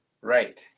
right